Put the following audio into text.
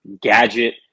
gadget